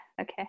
okay